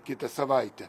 kitą savaitę